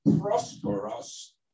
prosperous